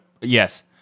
yes